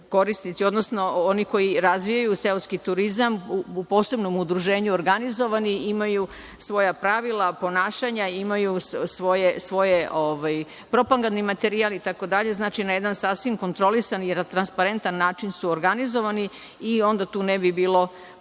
gde su oni koji razvijaju seoski turizam u posebnom udruženju organizovani, imaju svoja pravila ponašanja, imaju svoj propagandni materijal itd. znači na jedan sasvim kontrolisani i transparentan način su organizovani i onda tu ne bi bilo